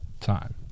time